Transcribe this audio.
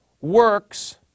works